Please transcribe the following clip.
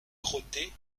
crottées